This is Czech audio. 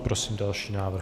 Prosím další návrh.